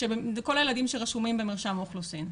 כל הילדים שרשומים במרשם האוכלוסין.